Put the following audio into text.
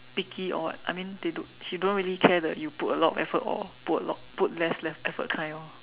picky or I mean they don't she don't really care the you put a lot of effort or put a lot put less less effort kind orh